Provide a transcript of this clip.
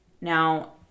Now